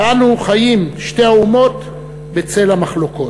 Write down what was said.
ואנו חיים, שתי האומות, בצל המחלוקות.